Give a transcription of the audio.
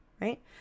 right